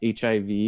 HIV